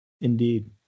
Indeed